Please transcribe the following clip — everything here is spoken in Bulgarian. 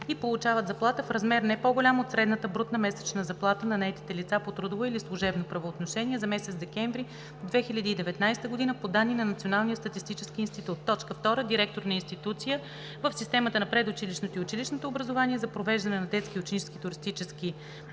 и получават заплата в размер не по-голям от средната брутна месечна заплата на наетите лица по трудово или служебно правоотношение за месец декември 2019 г. по данни на Националния статистически институт; 2. директор на институция в системата на предучилищното и училищното образование за провеждане на детски и ученически туристически пакети